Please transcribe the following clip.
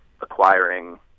acquiring